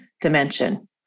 dimension